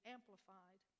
Amplified